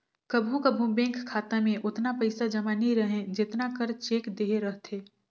कभों कभों बेंक खाता में ओतना पइसा जमा नी रहें जेतना कर चेक देहे रहथे